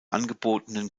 angebotenen